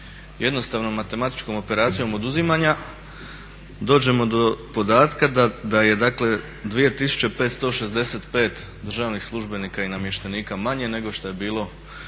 Jednostavnom matematičkom operacijom oduzimanja dođemo do podatka da je 2.565 državnih službenika i namještenika manje nego što je bilo